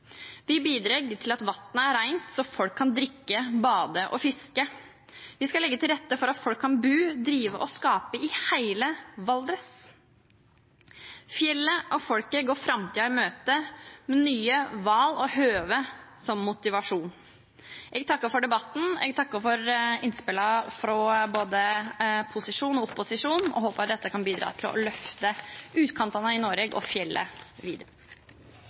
Vi bidrar til at vannet er rent, slik at folk kan drikke, bade og fiske. Vi skal legge til rette for at folk kan bo, drive og skape i hele Valdres. Fjellet og folket går framtiden i møte med nye valg og nye muligheter som motivasjon. Jeg takker for debatten og innspillene fra både posisjon og opposisjon og håper dette kan bidra til å løfte utkantene i Norge og i fjellet videre.